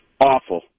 Awful